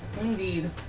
Indeed